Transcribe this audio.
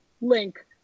link